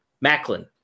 Macklin